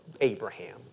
Abraham